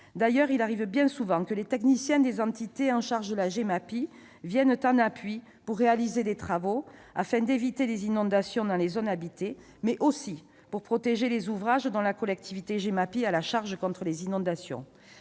D'ailleurs, il arrive bien souvent que les techniciens des entités chargées de la Gemapi viennent en appui pour réaliser des travaux afin d'éviter les inondations dans les zones habitées, mais aussi pour protéger les ouvrages dont la collectivité compétente pour la Gemapi a la charge contre les inondations.